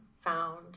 found